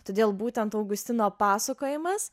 todėl būtent augustino pasakojimas